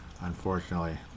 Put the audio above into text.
unfortunately